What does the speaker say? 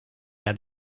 had